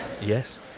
Yes